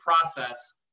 process